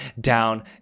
down